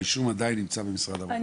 הרישום עדיין נמצא במשרד הרווחה.